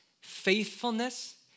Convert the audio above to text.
faithfulness